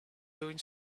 doing